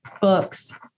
books